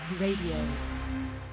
Radio